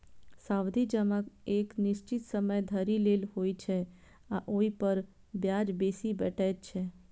सावधि जमा एक निश्चित समय धरि लेल होइ छै आ ओइ पर ब्याज बेसी भेटै छै